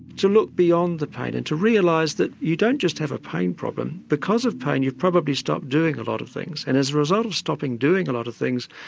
to look beyond the pain and to realise that you don't just have a pain problem, because of pain you've probably stopped doing a lot of things and as a result of stopping doing a lot of things,